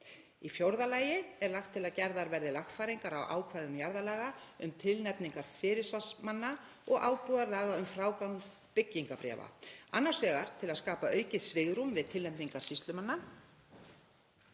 Í fjórða lagi er lagt til að gerðar verði lagfæringar á ákvæðum jarðalaga um tilnefningar fyrirsvarsmanna og ábúðarlaga um frágang byggingarbréfa, annars vegar til að skapa aukið svigrúm við tilnefningar sýslumanna,